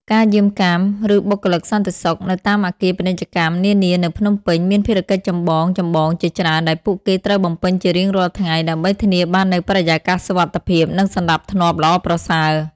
អ្នកយាមកាម ឬបុគ្គលិកសន្តិសុខនៅតាមអគារពាណិជ្ជកម្មនានានៅភ្នំពេញ មានភារកិច្ចចម្បងៗជាច្រើនដែលពួកគេត្រូវបំពេញជារៀងរាល់ថ្ងៃ ដើម្បីធានាបាននូវបរិយាកាសសុវត្ថិភាព និងសណ្ដាប់ធ្នាប់ល្អប្រសើរ។